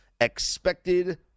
expected